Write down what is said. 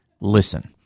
Listen